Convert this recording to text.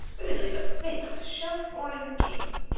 we didn't leave a thing on a shelf or in a case.